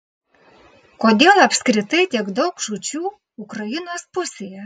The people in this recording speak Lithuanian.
kodėl apskritai tiek daug žūčių ukrainos pusėje